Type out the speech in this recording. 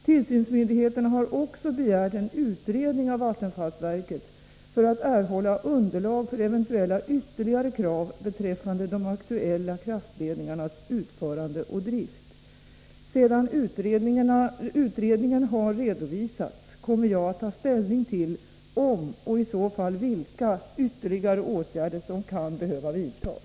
Tillsynsmyndigheterna har också begärt en utredning av vattenfallsverket för att erhålla underlag för eventuella ytterligare krav beträffande de aktuella kraftledningarnas utförande och drift. Sedan utredningen har redovisats kommer jag att ta ställning till om och i så fall vilka ytterligare åtgärder som kan behöva vidtas.